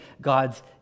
God's